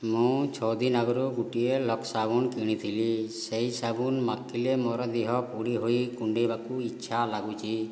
ମୁଁ ଛଅ ଦିନ ଆଗରୁ ଗୋଟିଏ ଲକ୍ସ ସାବୁନ କିଣିଥିଲି ସେହି ସାବୁନ ମାଖିଲେ ମୋର ଦେହ ପୋଡ଼ି ହୋଇ କୁଣ୍ଡାଇବାକୁ ଇଚ୍ଛା ଲାଗୁଛି